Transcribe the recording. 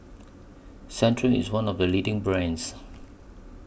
Centrum IS one of The leading brands